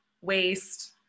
waste